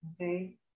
Okay